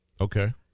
Okay